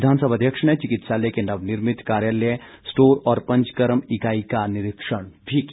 विधानसभा अध्यक्ष ने चिकित्सालय के नवनिर्मित कार्यालय स्टोर और पंचकर्म इकाई का निरीक्षण भी किया